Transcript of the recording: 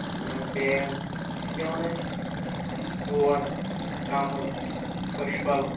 تیرٮ۪ن چھِ دِوان أسۍ گور کوٚم خٔج پھل